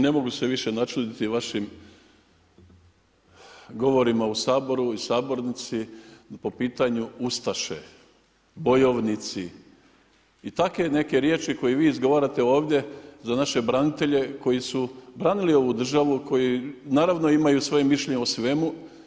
Ne mogu se više načuditi vašim govorima u Saboru i sabornici po pitanju ustaše, bojovnici i takve neke riječi koje vi izgovarate ovdje za naše branitelje koji su branili ovu državu koji imaju svoje mišljenje o svemu.